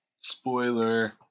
Spoiler